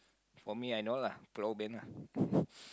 for me I know lah Pulau-Ubin lah